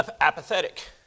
apathetic